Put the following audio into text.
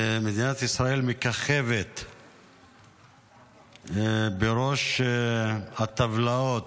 מדינת ישראל מככבת בו בראש הטבלאות.